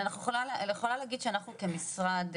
אני יכולה להגיד שאנחנו כמשרד,